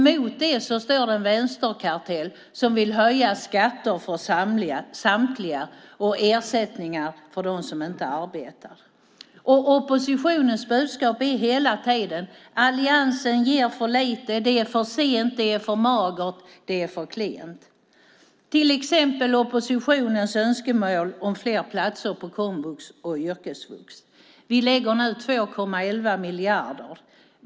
Mot det står en vänsterkartell som vill höja skatter för samtliga och ersättningar för dem som inte arbetar. Oppositionens budskap är hela tiden: Alliansen ger för lite. Det är för sent. Det är för magert. Det är för klent. Det gäller till exempel oppositionens önskemål om fler platser på komvux och yrkesvux. Vi lägger nu 2,11 miljarder på dessa.